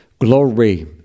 Glory